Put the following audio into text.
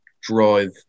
drive